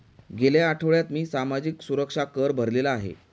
गेल्या आठवड्यात मी सामाजिक सुरक्षा कर भरलेला आहे